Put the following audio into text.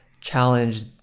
challenge